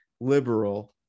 liberal